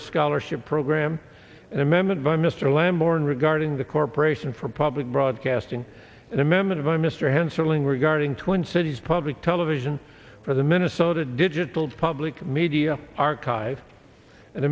scholarship program an amendment by mr lambourn regarding the corporation for public broadcasting and a member of i mr hanson regarding twin cities public television for the minnesota digital public media archive an